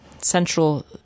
central